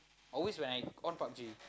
always when I on Pub-G